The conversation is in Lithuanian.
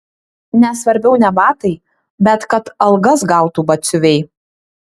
nes svarbiau ne batai bet kad algas gautų batsiuviai